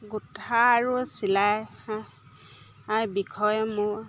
গোঁঠা আৰু চিলাই বিষয়ে মোৰ